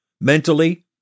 mentally